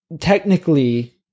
technically